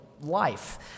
life